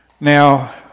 Now